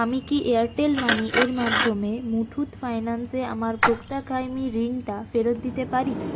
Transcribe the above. আমি কি Airtel money এর মাধ্যমে মুথুট ফাইন্যান্স এ আমার ভোক্তা কায়েমী ঋণ টা ফেরত দিতে পারি